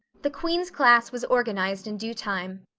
the queen's class was organized in due time.